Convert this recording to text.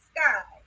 Sky